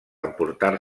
emportar